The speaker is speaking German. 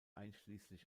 einschließlich